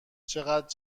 چقد